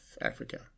Africa